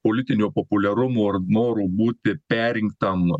politinio populiarumo ar noro būti perrinktam